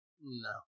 No